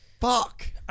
Fuck